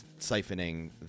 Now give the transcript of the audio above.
siphoning